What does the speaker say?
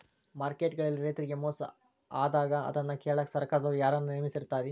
Market ಗಳಲ್ಲಿ ರೈತರಿಗೆ ಮೋಸ ಆದಾಗ ಅದನ್ನ ಕೇಳಾಕ್ ಸರಕಾರದವರು ಯಾರನ್ನಾ ನೇಮಿಸಿರ್ತಾರಿ?